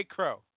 Crow